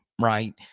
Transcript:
Right